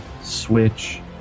Switch